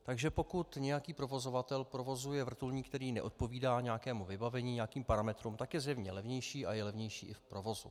Takže pokud nějaký provozovatel provozuje vrtulník, který neodpovídá nějakému vybavení, nějakým parametrům, tak je zjevně levnější a je levnější i v provozu.